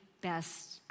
best